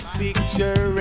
picture